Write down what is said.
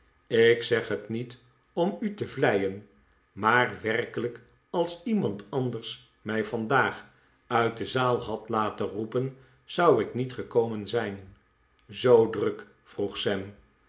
ik zeg het niet om u te vleien maar werkelijk als iemand anders'mij vandaag uit de zaal had laten roepen zou ik niet gekomen zijn zoo druk vroeg sam